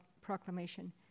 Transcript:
proclamation